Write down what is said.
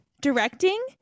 directing